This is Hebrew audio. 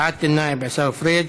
חבר הכנסת עיסאווי פריג'.